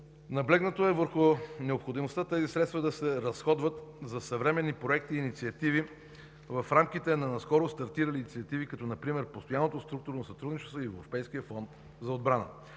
Наблегнато е върху необходимостта тези средства да се разходват за съвременни проекти и инициативи в рамките на наскоро стартирали инициативи, като например Постоянното структурирано сътрудничество и Европейския фонд за отбрана.